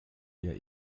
ihr